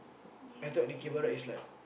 ya the same